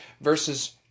versus